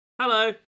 Hello